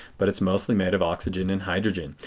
but it is mostly made of oxygen and hydrogen.